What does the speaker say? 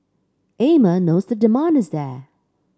Amer knows the demand is there